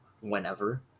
whenever